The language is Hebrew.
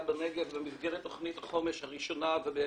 בנגב במסגרת תוכנית החומש הראשונה ובהמשכה.